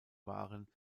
waren